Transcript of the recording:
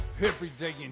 Everyday